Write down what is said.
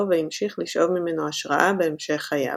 והמשיך לשאוב ממנו השראה בהמשך חייו.